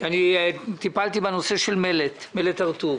כאשר טיפלתי בנושא של מלט הרטוב